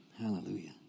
Hallelujah